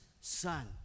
son